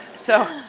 so,